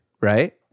right